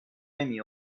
نمی